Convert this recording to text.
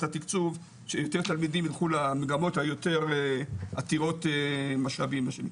התקצוב שיותר תלמידים ילכו למגמות היותר עתירות משאבים מה שנקרא.